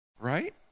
Right